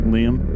Liam